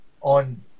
on